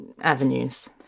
avenues